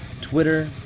Twitter